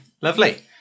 Lovely